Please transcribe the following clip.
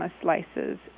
slices